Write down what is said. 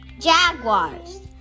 jaguars